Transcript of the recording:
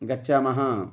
गच्छामः